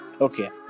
Okay